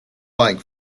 bike